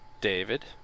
David